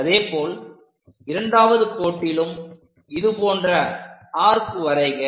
அதேபோல் இரண்டாவது கோட்டியிலும் இதுபோன்ற ஆர்க் வரைக